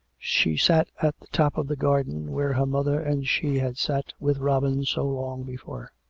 she sat at the top of the garden, where her mother and she had sat with robin so long before